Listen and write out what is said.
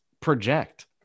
project